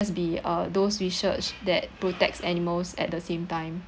just be uh those research that protects animals at the same time